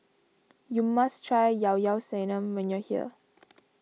you must try Llao Llao Sanum when you are here